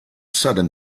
sudden